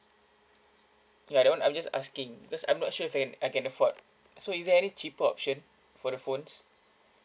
ya that one I'm just asking because I'm not sure if I can I can afford so is there any cheaper option for the phones